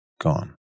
gone